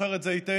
זוכר את זה היטב,